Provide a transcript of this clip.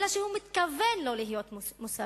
אלא שהוא מתכוון לא להיות מוסרי.